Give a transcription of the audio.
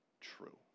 true